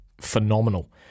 Phenomenal